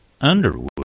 underwood